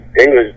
English